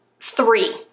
Three